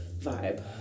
vibe